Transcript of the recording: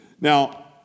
Now